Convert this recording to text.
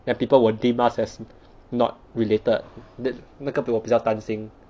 then people will deem us not related then 那那个比我比较担心